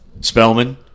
Spellman